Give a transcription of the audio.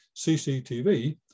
CCTV